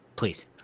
Please